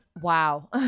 Wow